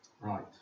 Right